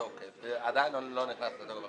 עדיין לא נכנס לתוקף,